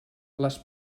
les